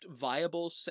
viable